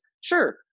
sure